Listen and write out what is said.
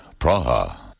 Praha